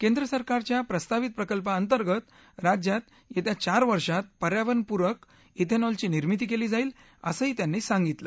केंद्र सरकाराच्या प्रस्तावित प्रकल्पाअंतर्गत राज्यात यख्या चार वर्षात पर्यावरणपुरक इथस्तिलची निर्मिती कळी जाईल असं त्यांनी सांगितलं